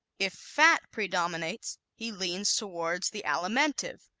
if fat predominates he leans toward the alimentive,